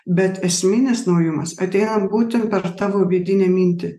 bet esminis naujumas ateina būtent per tavo vidinę mintį